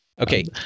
Okay